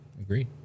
Agree